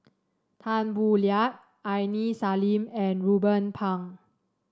Tan Boo Liat Aini Salim and Ruben Pang